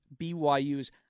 BYU's